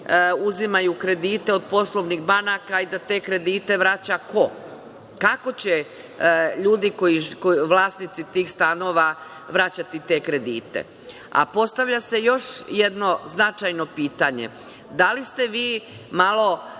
uzimaju kredite od poslovnih banaka i da te kredite vraća ko? Kako će ljudi, vlasnici tih stanova, vraćati te kredite? Postavlja se još jedno značajno pitanje, da li ste vi malo